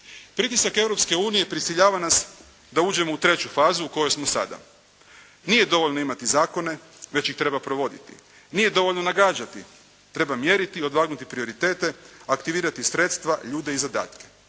unije prisiljava nas da uđemo u treću fazu u kojoj smo sada. Nije dovoljno imati zakone već ih treba provoditi. Nije dovoljno nagađati, treba mjeriti i odvagnuti prioritete, aktivirati sredstva, ljude i zadatke.